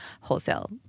wholesale